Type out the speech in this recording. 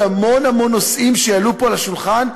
המון המון נושאים שיעלו פה על השולחן.